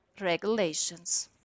regulations